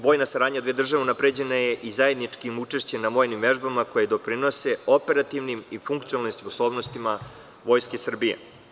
Vojna saradnja dve države unapređena je i zajedničkim učešćem na vojnim vežbama koje doprinose operativnim i funkcionalnim sposobnostima Vojske Srbije.